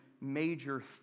major